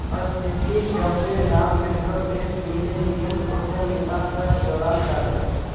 Steve जॉब्सेर नाम पैहलौं स मिलेनियम उद्यमिता स जोड़ाल जाछेक